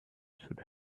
should